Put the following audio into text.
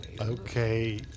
Okay